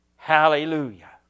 Hallelujah